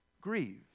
grieve